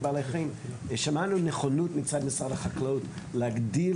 שמענו נכונות מצד משרד החקלאות להגדיל